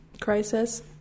crisis